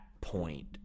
point